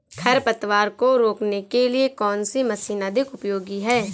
खरपतवार को रोकने के लिए कौन सी मशीन अधिक उपयोगी है?